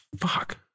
fuck